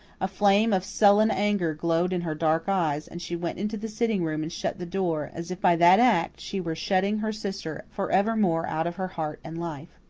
a flame of sullen anger glowed in her dark eyes, and she went into the sitting-room and shut the door, as if by that act she were shutting her sister for evermore out of her heart and life.